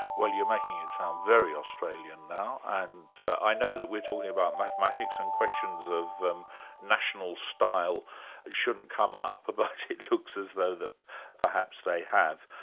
well you're making it sound very australian now, and i know that we're talking about mathematics and questions of um national style shouldn't come up, but it looks as though that perhaps they have.